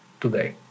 today